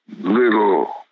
little